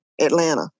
Atlanta